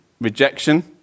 rejection